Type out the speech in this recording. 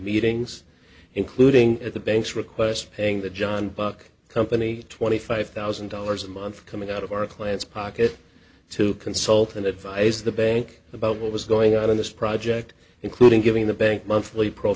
meetings including at the bank's request paying the john buck company twenty five thousand dollars a month coming out of our client's pocket to consult and advise the bank about what was going on in this project including giving the bank monthly pro